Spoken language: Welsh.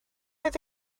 oedd